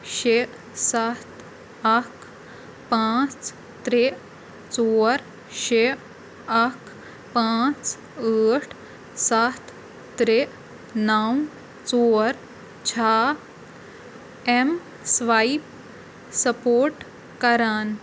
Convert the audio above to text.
شےٚ سَتھ اکھ پانٛژھ ترٛےٚ ژور شےٚ اَکھ پانٛژھ ٲٹھ سَتھ ترٛےٚ نَو ژور چھا ایٚم سٕوایِپ سپورٹ کران